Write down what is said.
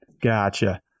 Gotcha